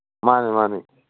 ꯃꯥꯅꯦ ꯃꯥꯅꯦ